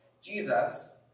Jesus